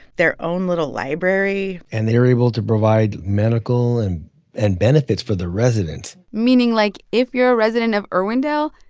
their own little library and they are able to provide medical and and benefits for the residents meaning, like, if you're a resident of irwindale,